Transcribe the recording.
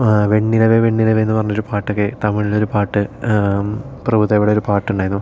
വെണ്ണിലവെ വെണ്ണിലവെ എന്നു പറഞ്ഞൊരു പാട്ടൊക്കെ തമിഴിലൊരു പാട്ട് പ്രഭുദേവയുടെ ഒരു പാട്ടുണ്ടായിരുന്നു